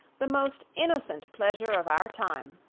the most innocent pleasure of our time.